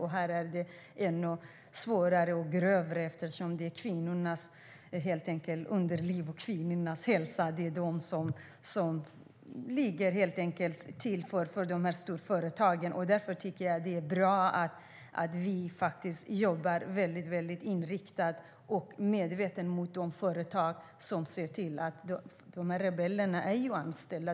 I östra Kongo är situationen ännu svårare eftersom det är kvinnornas underliv och kvinnornas hälsa som offras till storföretagen. Därför är det bra att vi jobbar mycket inriktat och medvetet mot de företag som betalar rebellerna. Rebellerna är ju anställda.